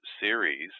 Series –